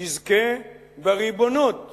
יזכה בריבונות